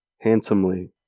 handsomely